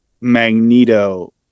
magneto